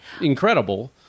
incredible